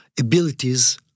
abilities